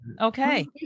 Okay